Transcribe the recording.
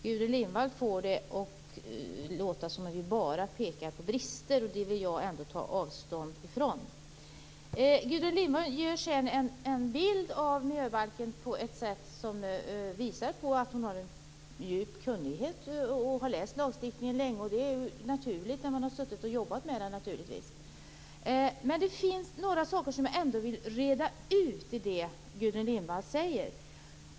Gudrun Lindvall får det att låta som om vi bara pekar på brister. Det vill jag ta avstånd ifrån. Gudrun Lindvall ger sedan en bild av miljöbalken på ett sätt som visar att hon har en djup kunnighet och har läst lagstiftningen länge, vilket är naturligt när man har jobbat med den. Det finns emellertid några saker som jag vill reda ut i det som Gudrun Lindvall säger.